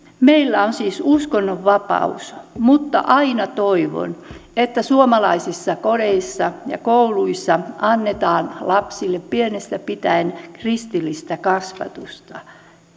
meillä on siis uskonnonvapaus mutta aina toivon että suomalaisissa kodeissa ja kouluissa annetaan lapsille pienestä pitäen kristillistä kasvatusta